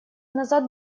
назад